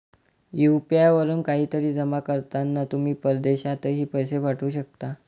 UPI वरून काहीतरी जमा करताना तुम्ही परदेशातही पैसे पाठवू शकता